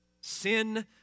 Sin